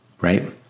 Right